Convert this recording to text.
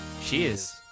Cheers